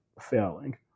failing